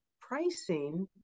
pricing